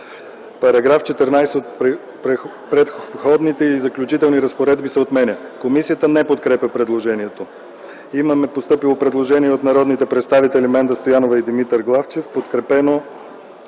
Параграф 14 от преходните и заключителни разпоредби се отменя. Комисията не подкрепя предложението. Имаме постъпило предложение от народните представители Менда Стоянова и Димитър Главчев, подкрепено